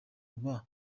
uba